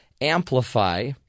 amplify